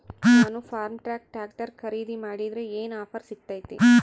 ನಾನು Farmtrac tractor ಖರೇದಿ ಮಾಡಿದ್ರೆ ಏನು ಆಫರ್ ಸಿಗ್ತೈತಿ?